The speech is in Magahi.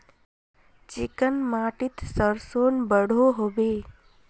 चिकन माटित सरसों बढ़ो होबे?